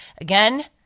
again